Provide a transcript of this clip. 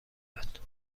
داد